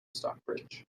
stockbridge